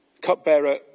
Cupbearer